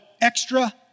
Extra